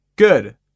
Good